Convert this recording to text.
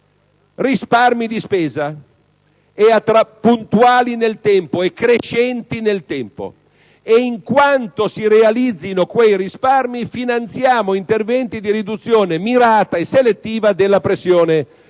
risparmi di spesa puntuali e crescenti nel tempo e, in quanto si realizzano quei risparmi finanziamo interventi di riduzione mirata e selettiva della pressione